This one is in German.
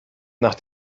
nach